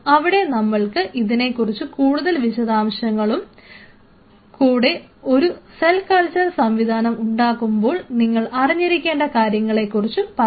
അവിടെ നമ്മൾക്ക് ഇതിനെക്കുറിച്ച് കൂടുതൽ വിശദാംശങ്ങളും കൂടെ ഒരു സെൽ കൾച്ചർ സംവിധാനം ഉണ്ടാക്കുമ്പോൾ നിങ്ങൾ അറിഞ്ഞിരിക്കേണ്ട കാര്യങ്ങളെ കുറച്ച് പറയാം